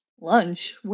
lunch